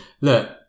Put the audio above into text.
Look